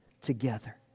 together